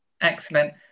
Excellent